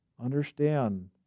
Understand